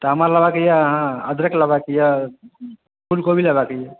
तऽ हमरा लेबाकऽ यऽ अहाँ अदरक लेबाकऽ यऽ फूलकोबी लेबाकऽ यऽ